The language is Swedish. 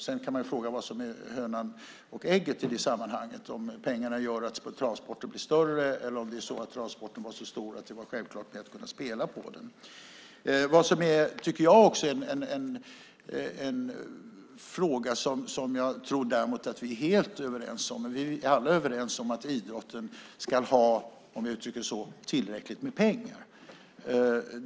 Sedan kan man fråga vad som är hönan och ägget i det sammanhanget, om pengarna gör att travsporten blir större eller om travsporten var så stor att det var självklart att kunna spela på den. En fråga som jag tror att vi alla är helt överens om är att idrotten ska ha, om jag uttrycker det så, tillräckligt med pengar.